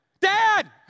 Dad